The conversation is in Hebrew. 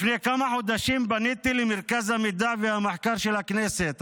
לפני כמה חודשים פניתי למרכז המידע והמחקר של הכנסת,